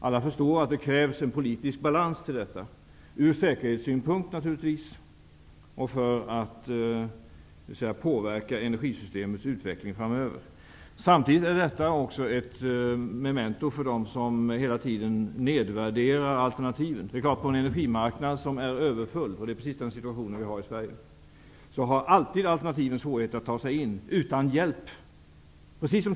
Alla förstår att det behövs en politisk balans till detta -- ur säkerhetssynpunkt, naturligtvis, och för att påverka energisystemets utveckling framöver. Detta är också ett memento för dem som hela tiden nedvärderar alternativen. På en energimarknad som är överfull -- precis den situation vi har i dag i Sverige -- har alltid alternativen svårt att ta sig in utan hjälp.